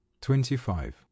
Twenty-five